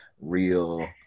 real